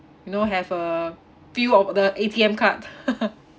you know have a few of the A_T_M card